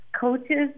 coaches